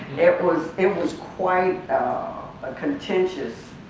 it was it was quite a contentious